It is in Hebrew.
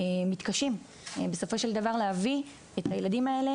מתקשים בסופו של דבר להביא את הילדים האלה